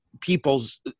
people's